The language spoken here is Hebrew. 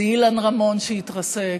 זה אילן רמון שהתרסק,